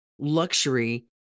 luxury